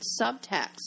subtext